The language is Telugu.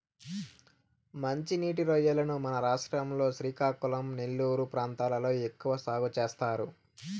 మంచి నీటి రొయ్యలను మన రాష్ట్రం లో శ్రీకాకుళం, నెల్లూరు ప్రాంతాలలో ఎక్కువ సాగు చేస్తారు